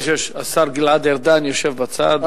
יש, השר גלעד ארדן יושב בצד.